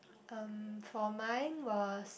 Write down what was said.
um for mine was